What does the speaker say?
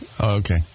Okay